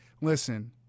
listen –